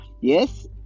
yes